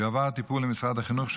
יועבר הטיפול למשרד החינוך,